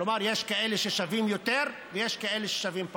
כלומר, יש כאלה ששווים יותר ויש כאלה ששווים פחות.